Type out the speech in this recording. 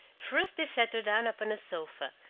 first they sat her down upon a sofa,